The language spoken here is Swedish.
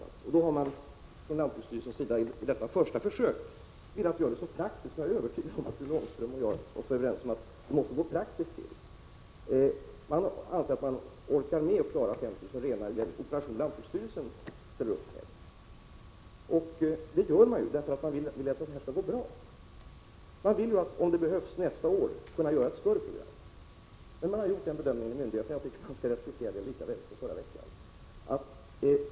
Lantbruksstyrelsen har då velat ordna det så praktiskt som möjligt i detta första försök. Jag är övertygad om att Rune Ångström och jag är överens om att det måste gå praktiskt till. Man anser att man klarar 5 000 renar i den operation lantbruksstyrelsen svarar för. Anledningen är att man vill att det här skall gå bra. Om det behövs nästa år vill man kunna göra ett större program. Myndigheterna har alltså gjort den bedömningen, och jag tycker — nu lika väl som i förra veckan — att man skall respektera den bedömningen.